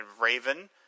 Raven